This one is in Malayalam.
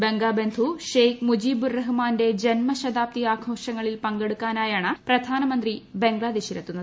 ബംഗബന്ധു ഷെയ്ഖ് മുജീബുർ റഹ്മാന്റെ ജന്മശതാബ്ദി ആഘോഷങ്ങളിൽ പങ്കെടുക്കാനായാണ് പ്രധാനമന്ത്രി ബംഗ്ലാദേശിൽ എത്തുന്നത്